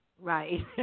right